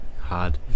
Hard